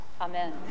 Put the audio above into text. Amen